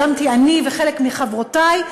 שיזמנו אני וחלק מחברותי,